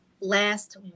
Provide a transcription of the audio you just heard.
last